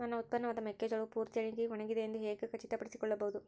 ನನ್ನ ಉತ್ಪನ್ನವಾದ ಮೆಕ್ಕೆಜೋಳವು ಪೂರ್ತಿಯಾಗಿ ಒಣಗಿದೆ ಎಂದು ಹೇಗೆ ಖಚಿತಪಡಿಸಿಕೊಳ್ಳಬಹುದು?